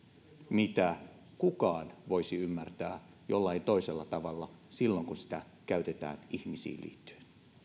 mitä kukaan voisi ymmärtää jollain toisella tavalla silloin kun sitä käytetään ihmisiin liittyen